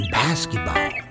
basketball